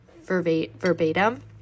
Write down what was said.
verbatim